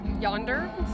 yonder